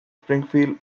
springfield